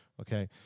Okay